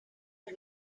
had